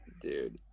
dude